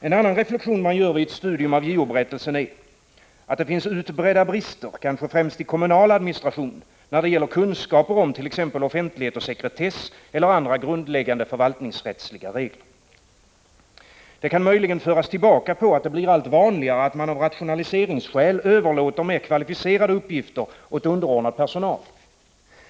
En annan reflexion som man gör vid ett studium av JO-berättelsen är att det finns utbredda brister, kanske främst i den kommunala administrationen, när det gäller kunskaper om t.ex. offentlighet och sekretess eller andra grundläggande förvaltningsrättsliga regler. Detta kan möjligen föras tillbaka på att det blir allt vanligare att man av rationaliseringsskäl överlåter mer kvalificerade uppgifter åt underordnad personal.